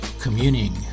communing